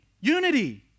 unity